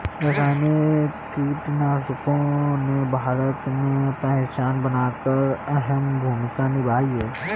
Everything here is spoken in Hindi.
रासायनिक कीटनाशकों ने भारत में पहचान बनाकर अहम भूमिका निभाई है